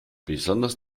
besonders